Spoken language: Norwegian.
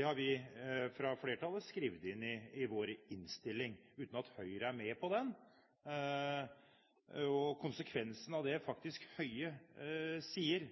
har vi fra flertallet skrevet inn i vår innstilling, uten at Høyre er med på det. Konsekvensen av det Høie sier,